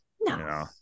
No